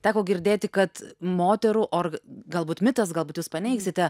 teko girdėti kad moterų org galbūt mitas galbūt jūs paneigsite